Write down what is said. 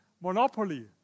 monopoly